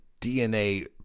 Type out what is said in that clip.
DNA